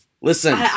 Listen